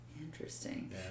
Interesting